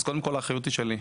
אז קודם כל האחריות היא שלי,